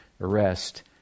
arrest